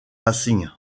racing